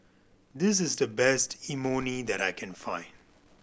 this is the best Imoni that I can find